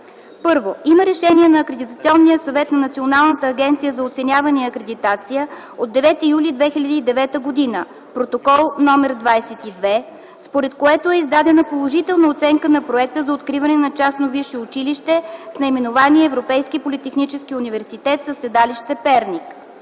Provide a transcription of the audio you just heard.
1. Има решение на Акредитационния съвет на Националната агенция за оценяване и акредитация от 9 юли 2009 г. (Протокол № 22), според което е издадена положителна оценка на проекта за откриване на частно висше училище с наименование Европейски политехнически университет със седалище Перник.